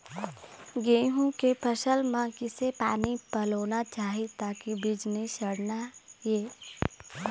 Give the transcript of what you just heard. गेहूं के फसल म किसे पानी पलोना चाही ताकि बीज नई सड़ना ये?